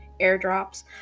airdrops